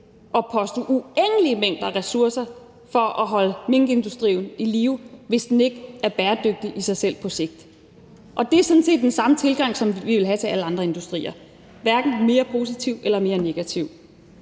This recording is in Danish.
at poste uendelige mængder af ressourcer i at holde minkindustrien i live, hvis den ikke er bæredygtig i sig selv på sigt. Og det er sådan set den samme tilgang, som vi ville have til alle andre industrier – hverken mere positiv eller mere negativ.